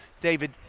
David